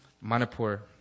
Manipur